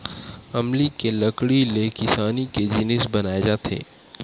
अमली के लकड़ी ले किसानी के जिनिस बनाए जाथे